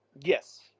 Yes